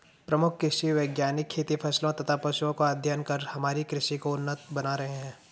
प्रमुख कृषि वैज्ञानिक खेती फसलों तथा पशुओं का अध्ययन कर हमारी कृषि को उन्नत बना रहे हैं